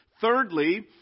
Thirdly